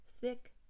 thick